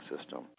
system